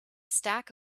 stack